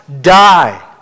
die